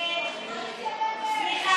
הרשימה המשותפת, קבוצת סיעת יש